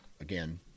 again